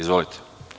Izvolite.